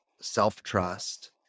self-trust